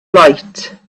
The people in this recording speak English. light